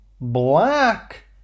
black